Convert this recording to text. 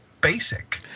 basic